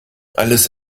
alles